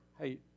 hey